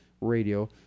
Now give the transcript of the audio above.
radio